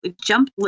jump